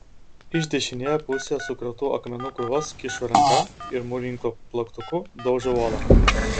iš dešinėje pusėje sukrautų akmenų krūvos kyšo ranka ir mūrininko plaktuku daužo uolą